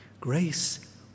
Grace